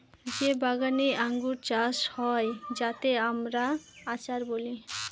যে বাগানে আঙ্গুর চাষ হয় যাতে আমরা আচার বলি